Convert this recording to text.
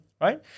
right